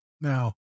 Now